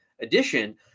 edition